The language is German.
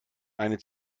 eine